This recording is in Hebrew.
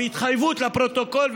בהתחייבות לפרוטוקול,